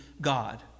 God